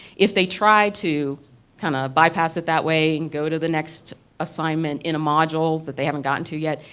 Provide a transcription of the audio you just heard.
if they try to kind of bypass it that way and go to the next assignment in the module that they haven't gone to yet,